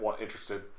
interested